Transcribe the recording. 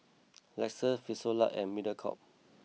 Lexus Frisolac and Mediacorp